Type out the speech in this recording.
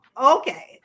Okay